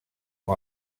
amb